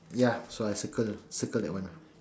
ya so I circle circle that one ah